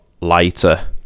lighter